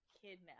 kidnapped